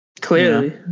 clearly